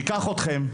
ניקח אותכם,